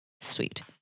Sweet